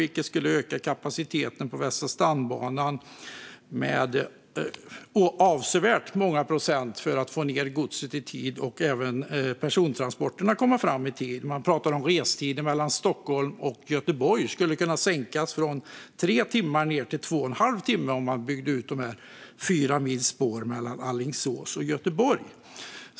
Det skulle öka kapaciteten på Västra stambanan med avsevärt många procent. Det skulle få ned godset i tid, och även persontransporterna skulle komma fram i tid. Man talar om att restiden mellan Stockholm och Göteborg skulle kunna sänkas från tre timmar till två och en halv timme om man byggde ut dessa fyra mil spår mellan Alingsås och Göteborg.